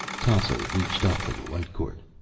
tasso reached up for the light cord.